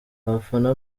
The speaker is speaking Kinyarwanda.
abafana